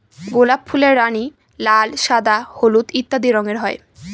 গোলাপ ফুলের রানী, লাল, সাদা, হলুদ ইত্যাদি রঙের হয়